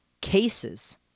cases